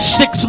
six